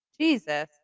Jesus